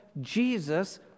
Jesus